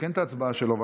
תקן את ההצבעה שלו.